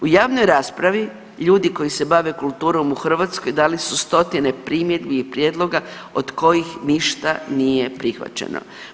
U javnoj raspravi ljudi koji se bave kulturom u Hrvatskoj dali su stotine primjedbi i prijedloga od kojih ništa nije prihvaćeno.